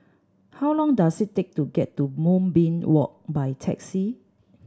how long does it take to get to Moonbeam Walk by taxi